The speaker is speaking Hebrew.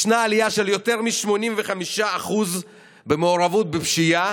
יש עלייה של יותר מ-85% במעורבות בפשיעה